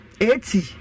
eighty